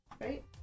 right